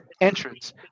entrance